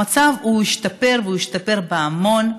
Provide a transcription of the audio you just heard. המצב השתפר, והשתפר בהמון,